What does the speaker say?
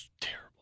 terrible